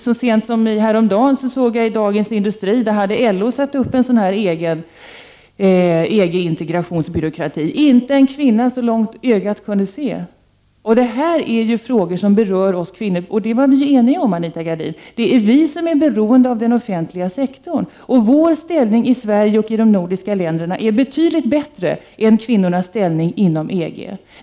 Så sent som häromdagen såg jag i Dagens Industri att LO har satt upp en egen EG-integrationsbyråkrati — men inte en kvinna så långt ögat kunde se! Detta är frågor som berör oss kvinnor. Det var vi ju eniga om, Anita Gradin! Det är vi som är beroende av den offentliga sektorn, och kvinnornas ställning i Sverige och i de nordiska länderna är betydligt bättre än inom EG.